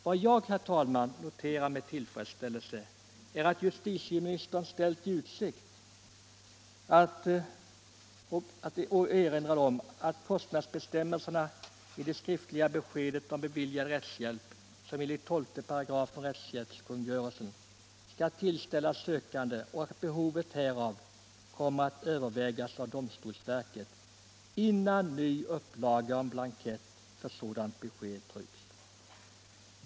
Vad jag noterar med tillfredsställelse är att justitieministern erinrar om att behovet av kostnadsbestämmelser i det skriftliga besked om beviljad rättshjälp, som enligt 12 § rättshjälpskungörelsen skall tillställas sökande, kommer att övervägas av domstolsverket, innan ny upplaga av blankett för sådant besked trycks.